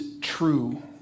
true